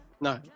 No